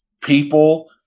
people